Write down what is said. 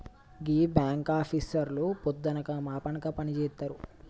గీ బాంకాపీసర్లు పొద్దనక మాపనక పనిజేత్తరు